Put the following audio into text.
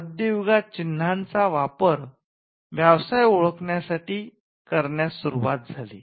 मध्य युगात चिन्हाचा वापर व्यवसाय ओळखण्या साठी करण्यास सुरुवात झाली